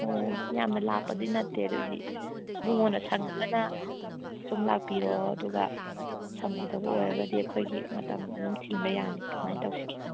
ꯑꯣ ꯌꯥꯝꯅ ꯂꯥꯞꯄꯗꯤ ꯅꯠꯇꯦ ꯑꯗꯨꯗꯤ ꯏꯕꯨꯡꯉꯣꯅ ꯁꯪꯉꯒꯅ ꯁꯨꯝ ꯂꯥꯛꯄꯤꯔꯣ ꯑꯗꯨꯒ ꯁꯪꯉꯣꯏꯗꯧꯕ ꯑꯣꯏꯔꯒꯗꯤ ꯑꯩꯈꯣꯏꯒꯤ ꯃꯇꯝ ꯑꯗꯨꯝ ꯊꯤꯟꯕ ꯌꯥꯅꯤ ꯀꯃꯥꯏꯅ ꯇꯧꯁꯤꯒꯦ